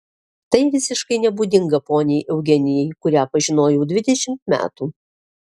tai visiškai nebūdinga poniai eugenijai kurią pažinojau dvidešimt metų